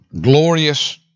glorious